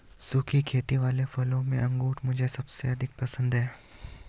सुखी खेती वाले फलों में अंगूर मुझे सबसे अधिक पसंद है